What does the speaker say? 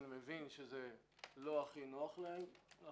אני מבין שזה לא הכי נוח לכם.